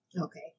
Okay